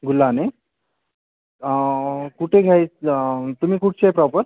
गुलाने कुठे घ्याय तुम्ही कुठचे आहेत प्रॉपर